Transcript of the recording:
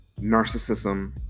narcissism